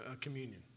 communion